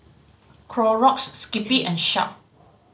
Clorox Skippy and Sharp